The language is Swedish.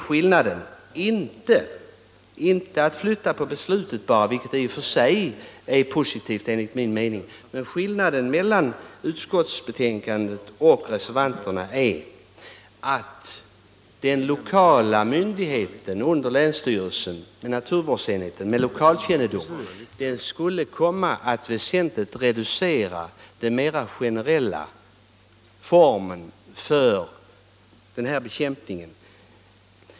Skillnaden består inte bara i att man flyttar beslutanderätten, vilket i och för sig är något positivt enligt min mening. Skillnaden mellan utskottsbetänkandet och reservationen är att den lokala myndigheten under länsstyrelsen, naturvårdsenheten, som har lokalkännedom, skulle komma att väsentligt reducera den mera generella bekämpningen.